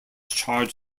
charged